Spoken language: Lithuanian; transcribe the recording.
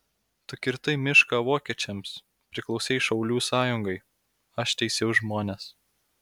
tu kirtai mišką vokiečiams priklausei šaulių sąjungai aš teisiau žmones